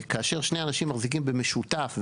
כאשר שני אנשים מחזיקים במשותף,